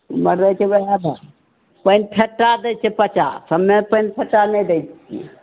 मरै कि आधा पानि फेट्टा दै छै पचास हमे पानि फेट्टा नहि दै छियै